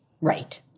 Right